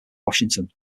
washington